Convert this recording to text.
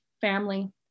family